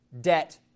debt